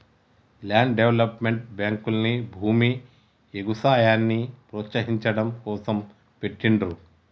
land development బ్యేంకుల్ని భూమి, ఎగుసాయాన్ని ప్రోత్సహించడం కోసం పెట్టిండ్రు